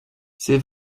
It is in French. ces